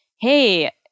hey